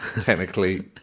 technically